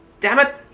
dammit,